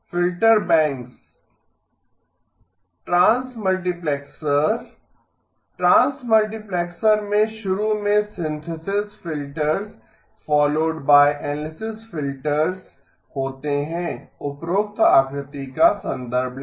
filter banks transmultiplexer transmultiplexer में शुरु मे synthesis filters followed by analysis filters होते हैं उपरोक्त आकृति का संदर्भ लें